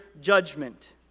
judgment